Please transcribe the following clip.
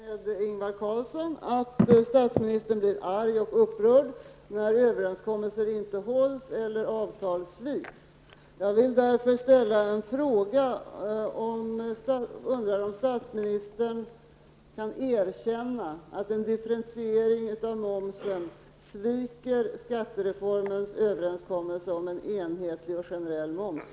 Herr talman! Jag har läst att statsministern blir arg och upprörd när överenskommelser inte hålls eller avtal sviks. Jag vill därför ställa en fråga till statsministern: Jag undrar om statsministern kan erkänna att den differentiering av momsen innebär att man sviker skattereformens överenskommelse om en enhetlig och generell moms.